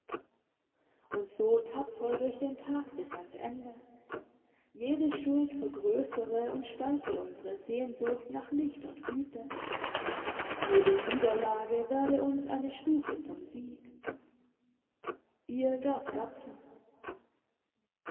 und so tapfer durch den tag bis ans ende jede schuld vergrössere und stärke unsere sehnsucht nach licht und güte jede niederlage werde uns eine stufe zum sieg ihr